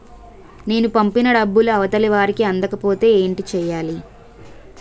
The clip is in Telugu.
నేను పంపిన డబ్బులు అవతల వారికి అందకపోతే ఏంటి చెయ్యాలి?